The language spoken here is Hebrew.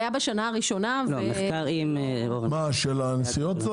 מחקר של הנסיעות?